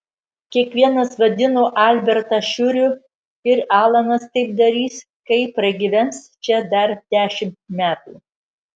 kiekvienas vadino albertą šiuriu ir alanas taip darys kai pragyvens čia dar dešimt metų